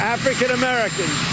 African-Americans